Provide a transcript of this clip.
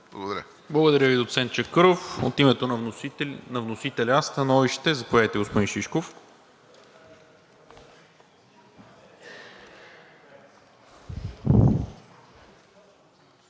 Благодаря Ви, доцент Чакъров. От името на вносителя становище. Заповядайте, господин Шишков.